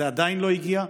זה עדיין לא הגיע.